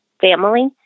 family